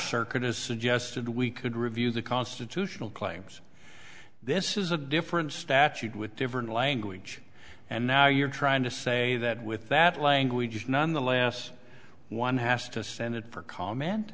circuit has suggested we could review the constitutional claims this is a different statute with different language and now you're trying to say that with that language none the last one has to stand it for comment